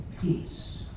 peace